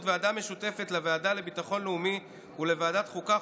ועדה משותפת לוועדה לביטחון לאומי ולוועדת החוקה,